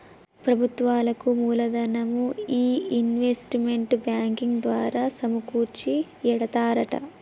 ప్రభుత్వాలకు మూలదనం ఈ ఇన్వెస్ట్మెంట్ బ్యాంకింగ్ ద్వారా సమకూర్చి ఎడతారట